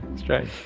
strange.